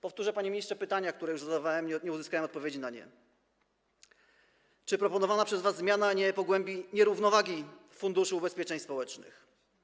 Powtórzę, panie ministrze, pytania, które już zadawałem, a nie uzyskałem na nie odpowiedzi: Czy proponowana przez was zmiana nie pogłębi nierównowagi w Funduszu Ubezpieczeń Społecznych?